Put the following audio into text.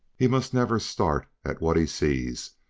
he must never start at what he sees,